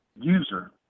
user